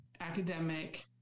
academic